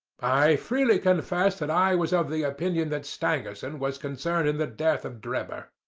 i freely confess that i was of the opinion that stangerson was concerned in the death of drebber.